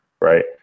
Right